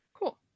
Cool